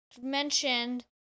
mentioned